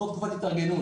התשפ"ב